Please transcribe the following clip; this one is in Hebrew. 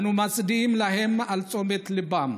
אנו מצדיעים להם על אומץ ליבם.